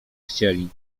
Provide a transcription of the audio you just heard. chcieli